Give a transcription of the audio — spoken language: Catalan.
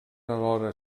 alhora